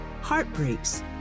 heartbreaks